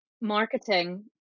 marketing